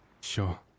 Sure